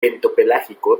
bentopelágico